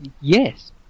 Yes